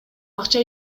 акча